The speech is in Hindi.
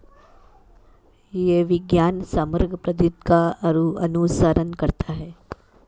यह विज्ञान समग्र पद्धति का अनुसरण करता है